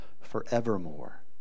forevermore